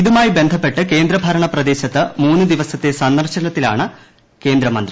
ഇതുമായി ബന്ധപ്പെട്ട് കേന്ദ്രഭരണ പ്രദേശത്ത് മൂന്ന് ദിവസത്തെ സന്ദർശനത്തിലാണ് കേന്ദ്രമന്ത്രി